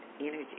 energy